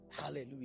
Hallelujah